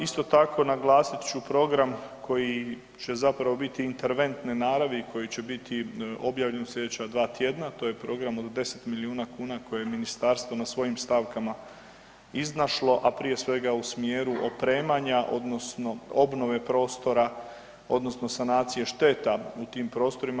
Isto tako naglasit ću program koji će zapravo biti interventne naravi i koji će biti objavljen u slijedeća dva tjedna, to je program od 10 milijuna kuna koje je ministarstvo na svojim stavkama iznašlo, a prije svega u smjeru opremanja odnosno obnove prostora odnosno sanacije šteta u tim prostorima.